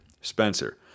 Spencer